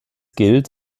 gilt